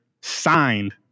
signed